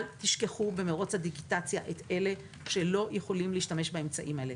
אל תשכחו במרוץ הדיגיטציה את אלה שלא יכולים להשתמש באמצעים האלה.